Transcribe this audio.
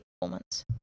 performance